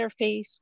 interface